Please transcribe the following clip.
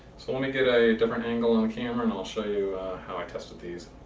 so let me get a different angle on camera and i'll show you how i tested these.